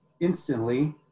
instantly